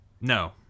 no